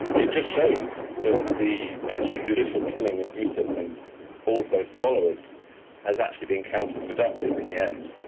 it just shows that the extrajudicial killing of yusuf and all of those followers has actually been counter-productive in the end.